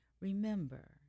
remember